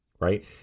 Right